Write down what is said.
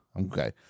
okay